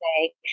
say